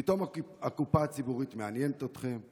פתאום הקופה הציבורית מעניינת אתכם.